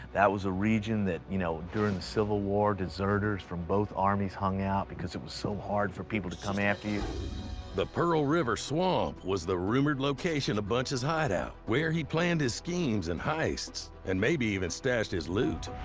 that was a region, that, you know, during the civil war, deserters from both armies hung out because it was so hard for people to come after you. narrator the pearl river swamp was the rumored location of bunch's hideout, where he planned his schemes and heists and maybe even stashed his loot.